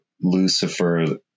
Lucifer